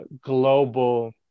global